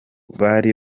bari